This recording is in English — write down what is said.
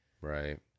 right